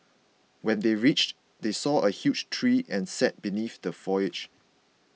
when they reached they saw a huge tree and sat beneath the foliage